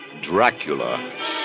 Dracula